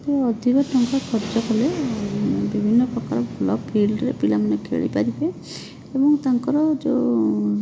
ଟିକେ ଅଧିକ ଟଙ୍କା ଖର୍ଚ୍ଚ କଲେ ବିଭିନ୍ନପ୍ରକାର ଫିଲ୍ଡରେ ପିଲାମାନେ ଖେଳିପାରିବେ ଏବଂ ତାଙ୍କର ଯେଉଁ